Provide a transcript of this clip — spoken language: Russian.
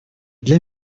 для